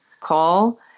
call